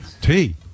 tea